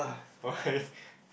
why